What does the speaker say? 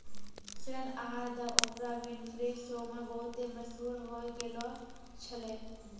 ऋण आहार द ओपरा विनफ्रे शो मे बहुते मशहूर होय गैलो छलै